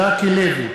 בעד ז'קי לוי,